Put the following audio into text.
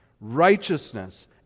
righteousness